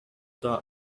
the